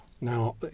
Now